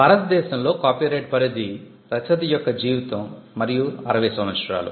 భారత దేశంలో కాపీరైట్ పరిధి రచయిత యొక్క జీవితం మరియు 60 సంవత్సరాలు